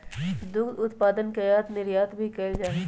दुध उत्पादन के आयात निर्यात भी कइल जा हई